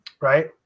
right